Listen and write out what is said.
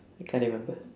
I can't remember